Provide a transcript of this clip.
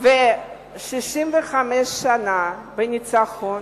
ו-65 שנה לניצחון,